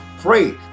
pray